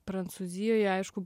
prancūzijoje aišku